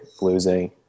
losing